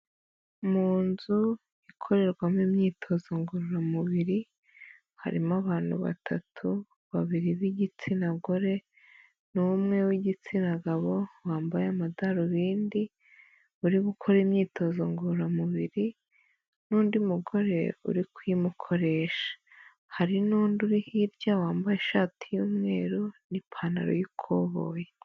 Mu nzu ikorerwamo imyitozo ngororamubiri, harimo abantu batatu babiri b'igitsina gore n'umwe w'igitsina gabo wambaye amadarubindi, uri gukora imyitozo ngororamubiri n'undi mugore uri kuyimukoresha. Hari n'undi uri hirya wambaye ishati y'umweru n'ipantaro y'ikoboyi.